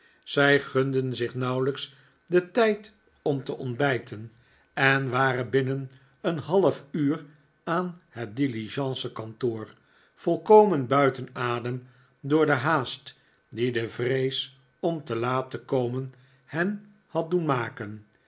zij gunden zich nauwelijks den tijd om te ontbijten en waren binnen een half uur aan het diligence kantoor volkomen buiten adem door de haast die de vrees om te laat te ko men hen had doen maken